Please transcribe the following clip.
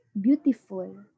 beautiful